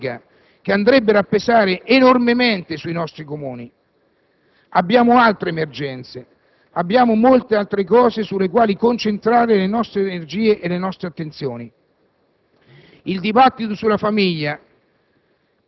questioni di natura organizzativa ed anche economica, che andrebbero a pesare enormemente sui nostri Comuni. Abbiamo altre emergenze: abbiamo molte altre cose sulle quali concentrare le nostre energie e le nostre attenzioni.